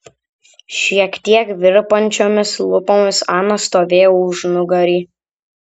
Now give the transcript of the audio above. šiek tiek virpančiomis lūpomis ana stovėjo užnugary